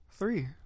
three